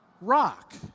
rock